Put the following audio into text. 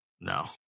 No